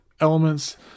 elements